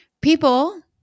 People